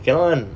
cannot [one]